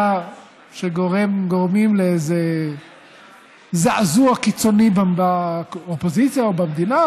שגורמים לאיזה זעזוע קיצוני באופוזיציה או במדינה.